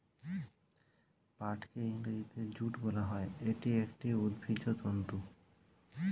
পাটকে ইংরেজিতে জুট বলা হয়, এটি একটি উদ্ভিজ্জ তন্তু